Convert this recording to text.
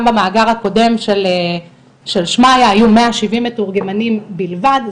גם במאגר הקודם היו מאה שבעים מתורגמנים בלבד.